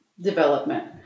development